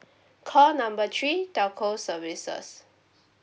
call number three telco services